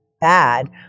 bad